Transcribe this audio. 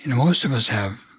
and most of us have